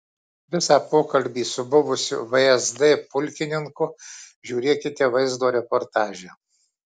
visą pokalbį su buvusiu vsd pulkininku žiūrėkite vaizdo reportaže